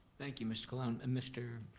thank you mr. colon. and mr.